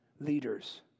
leaders